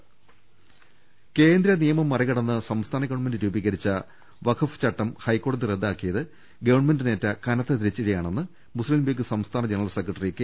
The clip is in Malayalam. രദേഷ്ടെടു കേന്ദ്രനിയമം മറികടന്ന് സംസ്ഥാന ഗവൺമെന്റ് രൂപീകരിച്ച വഖഫ് ചട്ടം ഹൈക്കോടതി റദ്ദാക്കിയത് ഗവൺമെന്റിനേറ്റ കനത്ത തിരിച്ചടിയാണെന്ന് മുസ്തിംലീഗ് സംസ്ഥാന ജനറൽ സെക്രട്ടറി കെ